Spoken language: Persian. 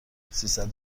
سیصد